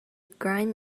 grime